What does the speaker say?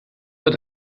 wird